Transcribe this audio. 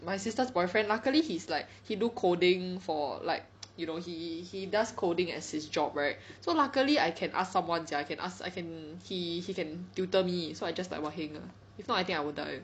my sister's boyfriend luckily he's like he do coding for like you know he he does coding as his job right so luckily I can ask someone sia I can ask I can he he can tutor me so I just like !wah! heng ah if not I think I will die